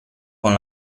con